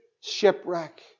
shipwreck